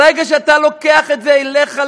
ברגע שאתה לוקח את זה אליך,